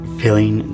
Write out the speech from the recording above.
feeling